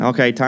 Okay